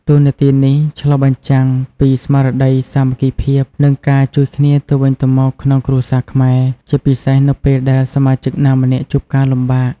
តួនាទីនេះឆ្លុះបញ្ចាំងពីស្មារតី សាមគ្គីភាព និងការជួយគ្នាទៅវិញទៅមកក្នុងគ្រួសារខ្មែរ ជាពិសេសនៅពេលដែលសមាជិកណាម្នាក់ជួបការលំបាក។